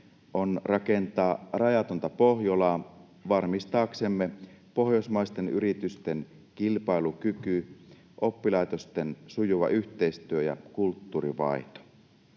on rakentaa rajatonta Pohjolaa varmistaaksemme pohjoismaisten yritysten kilpailukyvyn, oppilaitosten sujuvan yhteistyön ja kulttuurivaihdon.